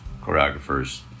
choreographers